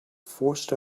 forced